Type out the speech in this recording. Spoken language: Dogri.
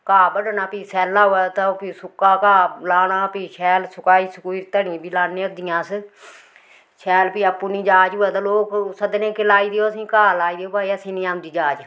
घाह् बड्ढना फ्ही सैल्ला होऐ तां फ्ही सुक्का घाह् लाना फ्ही शैल सुकाई सकुई तड़ी बी लानी होंदियां अस शैल फ्ही आपूं नी जाच होवै लोक सद्दने के लाई देओ भाई घाह् लाई दो असीं नी औंदी जाच